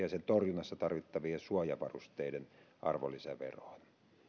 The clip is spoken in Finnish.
ja sen torjunnassa tarvittavien suojavarusteiden arvonlisäveroon